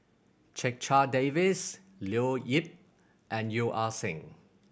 Checha Davies Leo Yip and Yeo Ah Seng